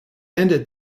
ended